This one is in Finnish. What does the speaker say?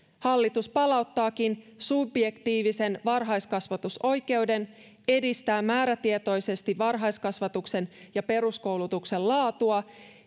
hallitus palauttaakin subjektiivisen varhaiskasvatusoikeuden edistää määrätietoisesti varhaiskasvatuksen ja peruskoulutuksen laatua